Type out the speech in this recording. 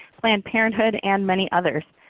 planned parenthood, and many others.